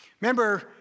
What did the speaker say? Remember